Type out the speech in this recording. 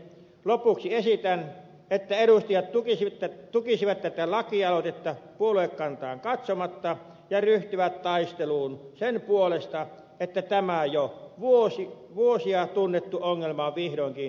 naoko kia siitä että eun ja totesi että lopuksi esitän että edustajat tukisivat tätä lakialoitetta puoluekantaan katsomatta ja ryhtyvät taisteluun sen puolesta että tämä jo vuosia tunnettu ongelma vihdoinkin korjattaisiin